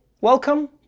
Welcome